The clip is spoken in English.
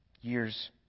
years